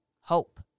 hope